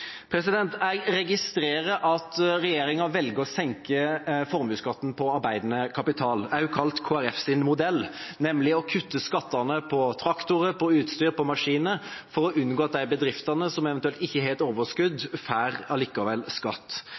Jeg registrerer at regjeringa velger å senke formuesskatten på arbeidende kapital, også kalt Kristelig Folkepartis modell, nemlig å kutte skattene på traktorer, utstyr og maskiner for å unngå at de bedriftene som eventuelt ikke har et overskudd, allikevel får skatt.